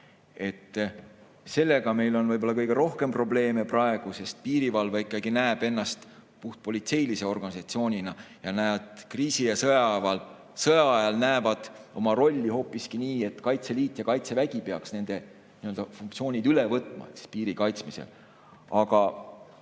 Sellega on meil võib-olla kõige rohkem probleeme praegu, sest piirivalve ikkagi näeb ennast puhtpolitseilise organisatsioonina ning kriisi‑ ja sõjaajal näevad nad oma rolli hoopiski nii, et Kaitseliit ja Kaitsevägi peaks nende funktsioonid piiri kaitsmisel üle